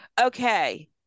Okay